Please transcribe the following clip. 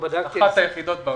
לא בדקתי.